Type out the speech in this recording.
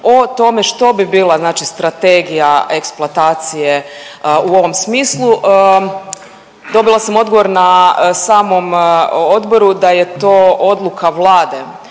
o tome što bi bila strategija eksploatacije u ovom smislu, dobila sam odgovor na samom odboru da je to odluka Vlade,